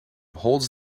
holds